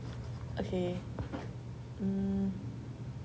okay hmm